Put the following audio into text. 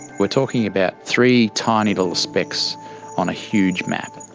we're talking about three tiny little specks on a huge map.